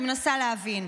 אני מנסה להבין.